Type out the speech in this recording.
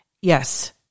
yes